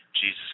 jesus